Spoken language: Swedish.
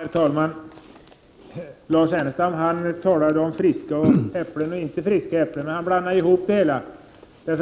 Herr talman! Lars Ernestam talade om äpplen som var friska och äpplen som inte var friska. Men han blandade ihop dem. Det